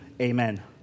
amen